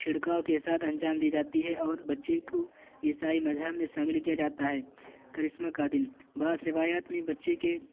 چھڑکاؤ کے ساتھ انجام دی جاتی ہے اور بچے کو عیسائی مذہب میں شامل کیا جاتا ہے کرسمہ کا دن بعض روایات میں بچے کے